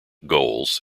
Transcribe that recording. goals